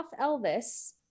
elvis